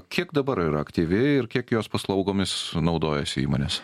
kiek dabar yra aktyvi ir kiek jos paslaugomis naudojasi įmonės